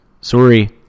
Sorry